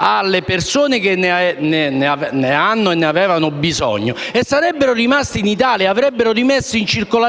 alle persone che ne hanno bisogno e sarebbero rimasti in Italia, sarebbero stati rimessi in circolo